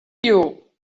you